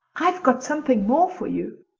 i've got something more for you,